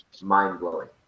mind-blowing